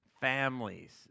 families